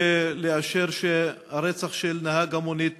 לאשר שהרצח של נהג המונית